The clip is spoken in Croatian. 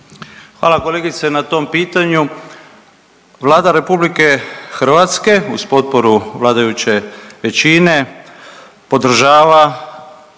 Hvala kolegice na tom pitanju. Vlada RH uz potporu vladajuće većine podržava